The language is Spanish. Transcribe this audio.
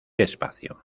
despacio